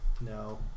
No